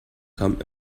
come